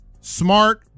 smart